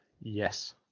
yes